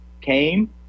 came